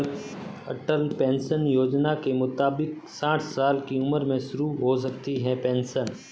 अटल pension योजना के मुताबिक साठ साल की उम्र में शुरू हो सकती है पेंशन